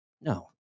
No